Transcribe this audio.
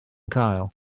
cael